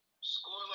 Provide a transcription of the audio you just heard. Score